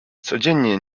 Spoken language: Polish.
codziennie